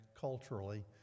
culturally